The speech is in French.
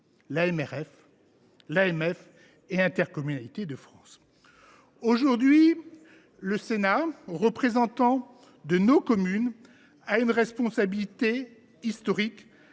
l’AMRF, l’AMF et Intercommunalités de France. Aujourd’hui, le Sénat, représentant de nos communes, a une responsabilité historique